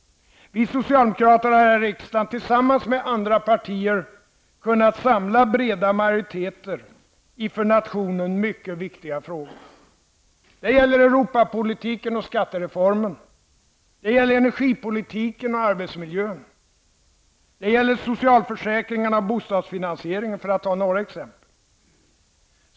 Vi socialdemokrater här i riksdagen har, tillsammans med andra partier, kunnat samla breda majoriteter i för nationen mycket viktiga frågor. Det gäller Europapolitiken och skattereformen. Det gäller energipolitiken och arbetsmiljön. Det gäller socialförsäkringarna och bostadsfinansieringen, för att ta några exempel.